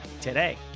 today